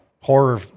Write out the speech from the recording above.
horror